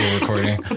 recording